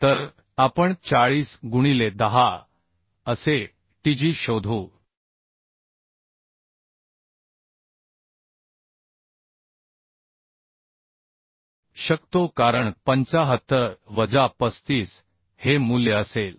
तर आपण 40 गुणिले 10 असे Atg शोधू शकतो कारण 75 वजा 35 हे मूल्य असेल